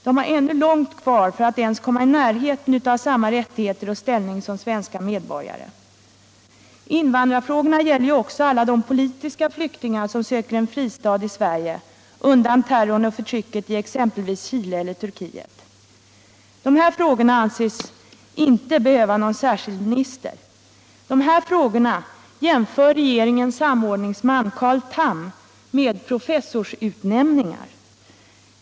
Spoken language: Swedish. De har ännu långt kvar för att ens komma i närheten av samma rättigheter och ställning som svenska medborgare. Invandrarfrågorna gäller också alla de politiska flyktingar som söker en fristad i Sverige undan terrorn och förtrycket i exempelvis Chile eller Turkiet. Dessa frågor anses inte behöva någon särskild minister. Dessa frågor jämför regeringens samordningsman Carl Tham med professorsutnämningar.